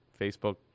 Facebook